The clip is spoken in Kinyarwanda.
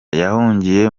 yahungiye